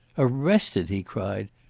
arrested! he cried.